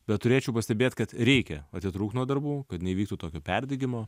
bet turėčiau pastebėt kad reikia atitrūkt nuo darbų kad neįvyktų tokio perdegimo